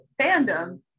fandom